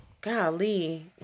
Golly